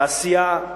תעשייה,